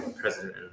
president